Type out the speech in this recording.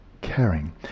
caring